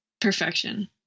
perfection